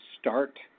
start